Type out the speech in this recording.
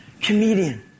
comedian